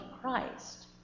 Christ